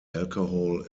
alcohol